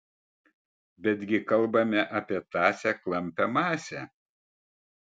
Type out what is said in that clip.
bet gi kalbame apie tąsią klampią masę